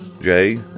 Jay